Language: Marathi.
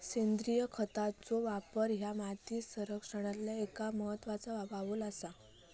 सेंद्रिय खतांचो वापर ह्या माती संरक्षणातला एक महत्त्वाचा पाऊल आसा